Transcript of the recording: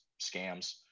scams